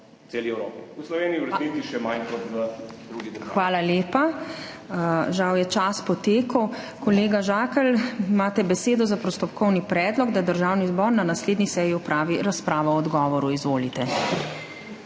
Hvala lepa. Žal je čas potekel. Kolega Žakelj, imate besedo za postopkovni predlog, da Državni zbor na naslednji seji opravi razpravo o odgovoru. Izvolite.